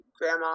grandma